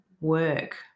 work